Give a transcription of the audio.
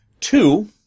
Two